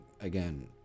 Again